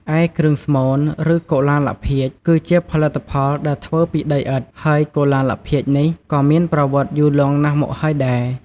ឯគ្រឿងស្មូន ឬកុលាលភាជន៍គឺជាផលិតផលដែលធ្វើពីដីឥដ្ឋ ហើយកុលាលភាជន៍នេះ ក៏មានប្រវត្តិយូរលង់ណាស់មកហើយដែរ។